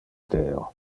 deo